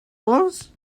was